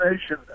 Nation